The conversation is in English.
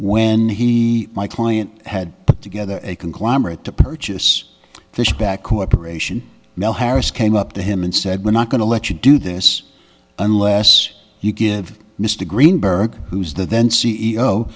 when he my client had put together a conglomerate to purchase fishback cooperation now harris came up to him and said we're not going to let you do this unless you give mr greenberg who's the then c e o